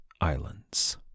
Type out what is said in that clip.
Islands